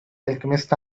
alchemist